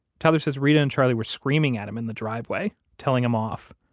tyler says reta and charlie were screaming at him in the driveway, telling him off.